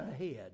ahead